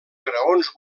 graons